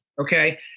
Okay